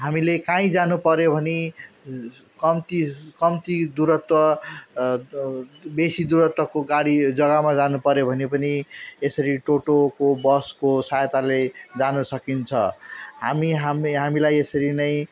हामीले काहीँ जानुपर्यो भने कम्ती कम्ती दूरत्व बेसी दूरत्वको गाडी जग्गामा जानुपर्यो भने पनि यसरी टोटोको बसको सहायताले जान सकिन्छ हामी हामी हामीलाई यसरी नै